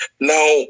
Now